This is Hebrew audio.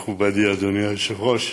מכובדי, אדוני היושב-ראש.